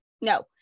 no